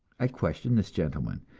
i questioned this gentleman,